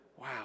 Wow